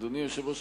אדוני היושב-ראש,